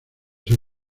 ser